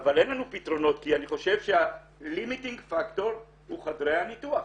אבל אין לנו פתרונות כי אני חושב שהפקטור המגביל הוא חדרי הניתוח,